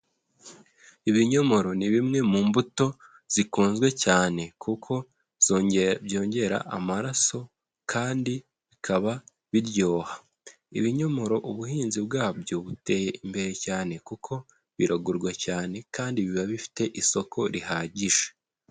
Ibinyomoro ni bimwe mu mbuto zikunzwe cyane kuko zongera byongera amaraso kandi bikaba biryoha. Ibinyomoro ubuhinzi bwabyo buteye imbere cyane kuko biragurwa cyane, kandi biba bifite isoko rihagije.